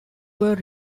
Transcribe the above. were